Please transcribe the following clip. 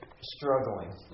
struggling